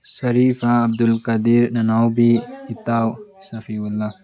ꯁꯔꯤꯐꯥ ꯑ꯭ꯕꯗꯨꯜ ꯀꯗꯤꯔ ꯅꯅꯥꯎꯕꯤ ꯏꯇꯥꯎ ꯁꯐꯤꯋꯜꯂꯥ